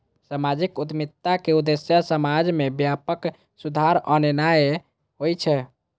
सामाजिक उद्यमिताक उद्देश्य समाज मे व्यापक सुधार आननाय होइ छै